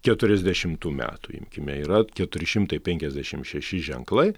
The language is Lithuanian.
keturiasdešimtų metų imkime yra keturi šimtai penkiasdešimt šeši ženklai